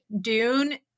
Dune